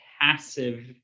passive